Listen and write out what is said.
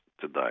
today